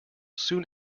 soon